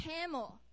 camel